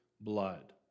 blood